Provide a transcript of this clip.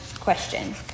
question